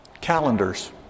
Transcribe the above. Calendars